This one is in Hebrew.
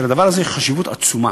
שלדבר הזה יש חשיבות עצומה,